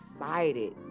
excited